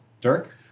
Dirk